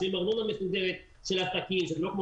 משלמות ארנונה מסודרת של עסקים ולא כמו